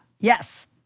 Yes